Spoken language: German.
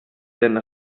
den